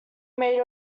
made